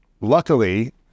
luckily